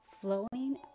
flowing